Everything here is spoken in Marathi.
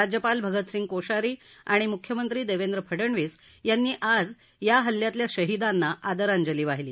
राज्यपाल भगतसिंग कोश्यारी आणि मुख्यमंत्री देवेंद्र फडणवीस यांनी आज या हल्ल्यातल्या शहीदांना आदरांजली वाहिली